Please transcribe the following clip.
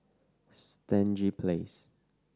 Stangee Place